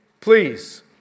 Please